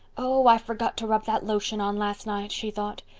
oh, i forgot to rub that lotion on last night, she thought.